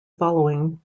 following